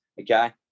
okay